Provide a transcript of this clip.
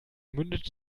mündet